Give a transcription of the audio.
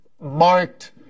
marked